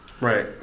Right